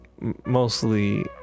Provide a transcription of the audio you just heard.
mostly